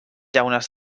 llaunes